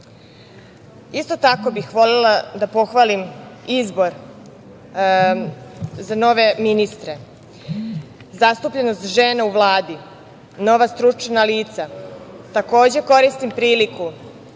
isto tako bih volela da pohvalim izbor za nove ministre, zastupljenost žena u Vladi, nova stručna lica. Takođe, koristim priliku